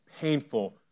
painful